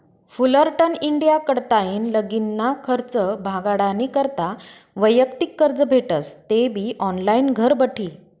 Fullerton India कडताईन लगीनना खर्च भागाडानी करता वैयक्तिक कर्ज भेटस तेबी ऑनलाईन घरबठी